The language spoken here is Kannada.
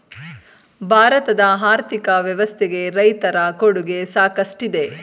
ಭಾರತದ ಆರ್ಥಿಕ ವ್ಯವಸ್ಥೆಗೆ ರೈತರ ಕೊಡುಗೆ ಸಾಕಷ್ಟಿದೆ